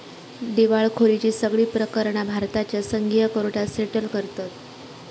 दिवळखोरीची सगळी प्रकरणा भारताच्या संघीय कोर्टात सेटल करतत